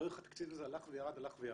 ראו איך התקציב הזה הלך וירד, הלך וירד.